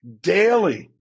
daily